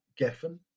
Geffen